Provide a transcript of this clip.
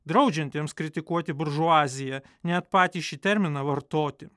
draudžiantiems kritikuoti buržuaziją net patį šį terminą vartoti